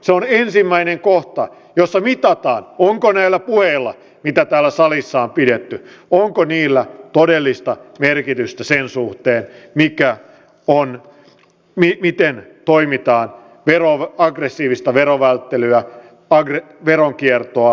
se on ensimmäinen kohta jossa mitataan onko näillä puheilla mitä täällä salissa on pidetty todellista merkitystä sen suhteen miten toimitaan aggressiivista verovälttelyä veronkiertoa vastaan